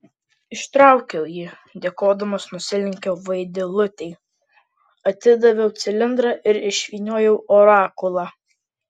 ištraukiau jį dėkodamas nusilenkiau vaidilutei atidaviau cilindrą ir išvyniojau orakulą